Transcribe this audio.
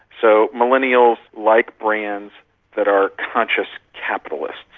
so millennials like brands that are conscious capitalists,